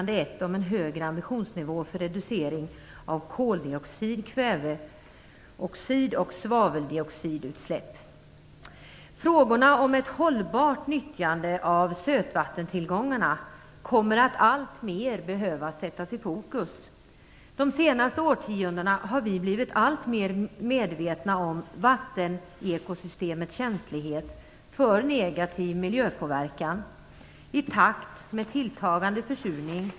De senaste årtiondena har vi, i takt med tilltagande försurning, övergödning, etc., blivit alltmer medvetna om vattenekosystemets känslighet för negativ miljöpåverkan.